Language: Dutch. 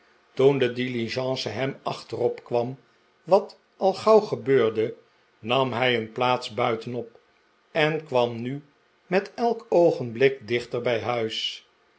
toen de diligence hem achterop kwam wat al gauw gebeurde nam hij een plaats buitenop en kwam nu met elk oogenblik dichter bij huis